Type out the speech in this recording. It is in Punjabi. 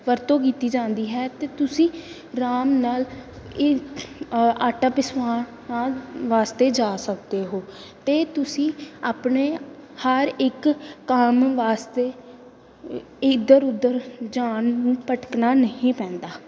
ਵਰਤੋਂ ਕੀਤੀ ਜਾਂਦੀ ਹੈ ਅਤੇ ਤੁਸੀਂ ਆਰਾਮ ਨਾਲ ਹੀ ਆਟਾ ਪਿਸਵਾ ਆ ਵਾਸਤੇ ਜਾ ਸਕਦੇ ਹੋ ਤਾਂ ਤੁਸੀਂ ਆਪਣੇ ਹਰ ਇੱਕ ਕੰਮ ਵਾਸਤੇ ਇ ਇੱਧਰ ਉੱਧਰ ਜਾਣ ਨੂੰ ਭੱਟਕਣਾ ਨਹੀਂ ਪੈਂਦਾ